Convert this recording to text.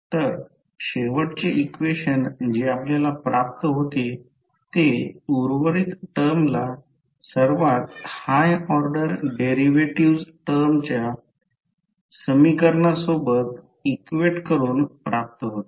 तर शेवटचे इक्वेशन जे आपल्याला प्राप्त होते ते उर्वरित टर्मला सर्वात हाय ऑर्डर डेरिव्हेटिव्ह्ज टर्म्सच्या समीकरण सोबत इक्वेट करून प्राप्त होते